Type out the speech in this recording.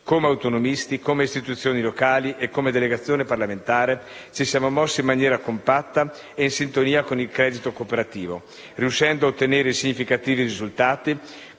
Come autonomisti, come istituzioni locali e come delegazione parlamentare ci siamo mossi in maniera compatta e in sintonia con il credito cooperativo, riuscendo a ottenere significativi risultati,